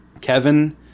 kevin